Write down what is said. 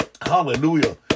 Hallelujah